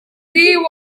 ddi